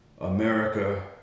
America